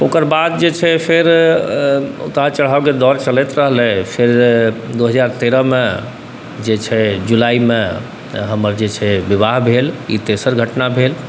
ओकर बाद जे छै फेर उतार चढ़ावके दौर चलैत रहलै फेर दुइ हजार तेरहमे जे छै जुलाइमे हमर जे छै विवाह भेल ई तेसर घटना भेल